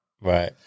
Right